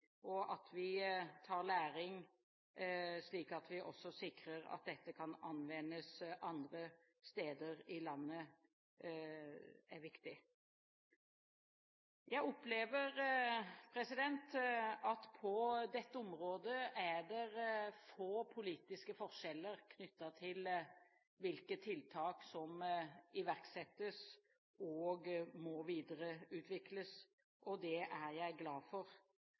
at vi tar lærdom, slik at vi sikrer at dette kan anvendes andre steder i landet. Jeg opplever at det på dette området er få politiske forskjeller knyttet til hvilke tiltak som iverksettes, og må videreutvikles. Det er jeg glad for.